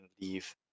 leave